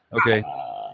Okay